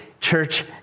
Church